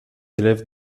élève